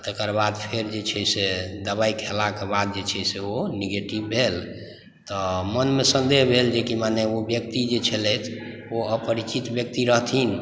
तकर बाद फेर जे छै से दबाइ खेलाक बाद जे छै से ओ नेगेटिव भेल तऽ मोनमे संदेह भेल जे की मने ओ व्यक्ति जे छलथि ओ अपरिचित व्यक्ति रहथिन